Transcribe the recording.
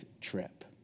trip